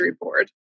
board